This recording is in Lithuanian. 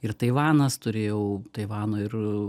ir taivanas turėjau taivano ir